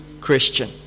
Christian